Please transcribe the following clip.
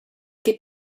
che